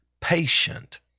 patient